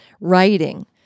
Writing